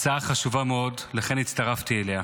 הצעה חשובה מאוד, לכן הצטרפתי אליה.